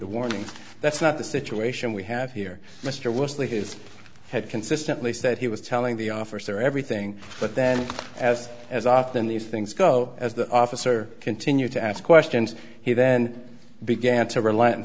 the warning that's not the situation we have here mr worsley his head consistently said he was telling the officer everything but then as as often these things go as the officer continued to ask questions he then began to relent and